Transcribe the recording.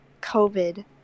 COVID